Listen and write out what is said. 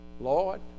Lord